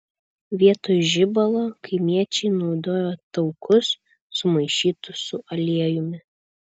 vietoj žibalo kaimiečiai naudojo taukus sumaišytus su aliejumi